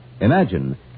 Imagine